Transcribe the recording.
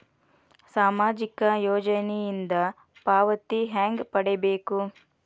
ಸಾಮಾಜಿಕ ಯೋಜನಿಯಿಂದ ಪಾವತಿ ಹೆಂಗ್ ಪಡಿಬೇಕು?